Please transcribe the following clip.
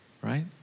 Right